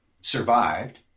survived